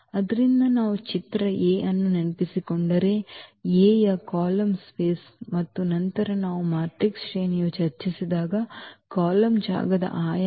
ಆದ್ದರಿಂದ ನಾವು ಚಿತ್ರ A ಅನ್ನು ನೆನಪಿಸಿಕೊಂಡರೆ A ಯ ಕಾಲಮ್ ಸ್ಪೇಸ್ ಮತ್ತು ನಂತರ ನಾವು ಮ್ಯಾಟ್ರಿಕ್ಸ್ ಶ್ರೇಣಿಯನ್ನು ಚರ್ಚಿಸಿದಾಗ ಕಾಲಮ್ ಜಾಗದ ಆಯಾಮ